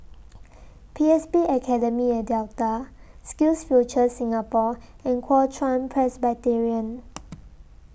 P S B Academy At Delta SkillsFuture Singapore and Kuo Chuan Presbyterian